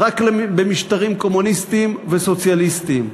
רק במשטרים קומוניסטיים וסוציאליסטיים,